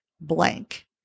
blank